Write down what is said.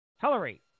Hillary